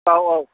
औ औ